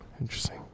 Interesting